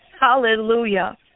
Hallelujah